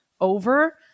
over